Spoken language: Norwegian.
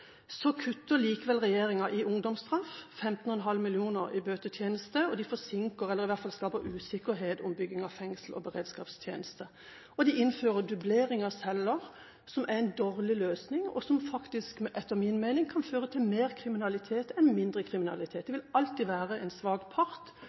kutter likevel regjeringen i ungdomsstraff og 15,5 mill. kr i bøtetjeneste, og de forsinker – eller i hvert fall skaper usikkerhet om – bygging av fengsel og beredskapssenter. Og de innfører dublering av celler, som er en dårlig løsning, og som etter min mening faktisk kan føre til mer kriminalitet enn mindre kriminalitet. Det